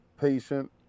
patient